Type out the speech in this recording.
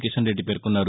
కిషన్ రెడ్డి పేర్కొన్నారు